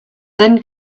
then